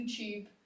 YouTube